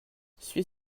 suis